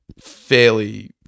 fairly